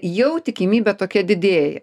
jau tikimybė tokia didėja